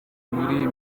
muri